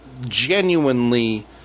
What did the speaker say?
genuinely